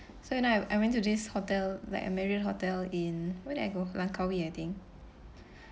so you know I I went to this hotel like a marriott hotel in where did I go langkawi I think